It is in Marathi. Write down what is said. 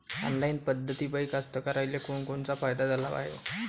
ऑनलाईन पद्धतीपायी कास्तकाराइले कोनकोनचा फायदा झाला हाये?